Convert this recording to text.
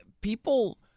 people